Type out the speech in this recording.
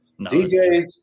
DJs